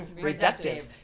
reductive